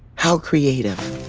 how creative.